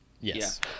Yes